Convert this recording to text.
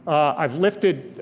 i've lifted,